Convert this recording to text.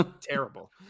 Terrible